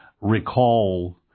recall